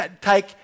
take